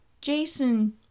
Jason